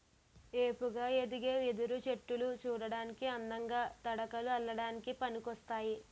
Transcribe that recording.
ఏపుగా ఎదిగే వెదురు చెట్టులు సూడటానికి అందంగా, తడకలు అల్లడానికి పనికోస్తాయి